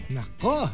Nako